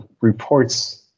reports